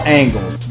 angles